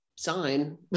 sign